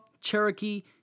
Cherokee